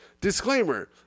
Disclaimer